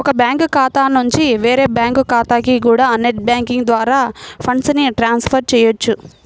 ఒక బ్యాంకు ఖాతా నుంచి వేరే బ్యాంకు ఖాతాకి కూడా నెట్ బ్యాంకింగ్ ద్వారా ఫండ్స్ ని ట్రాన్స్ ఫర్ చెయ్యొచ్చు